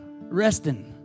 resting